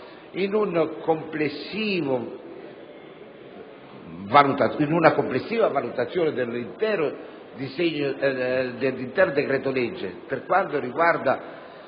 in una complessiva valutazione dell'intero decreto-legge, per quanto riguarda